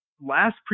last